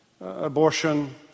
Abortion